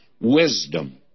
wisdom